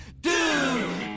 DUDE